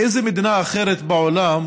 באיזו מדינה אחרת בעולם